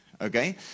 okay